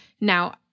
Now